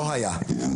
לא היה.